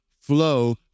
flow